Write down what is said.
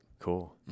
Cool